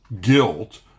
guilt